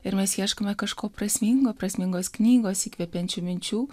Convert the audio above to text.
ir mes ieškome kažko prasmingo prasmingos knygos įkvepiančių minčių